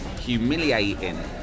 humiliating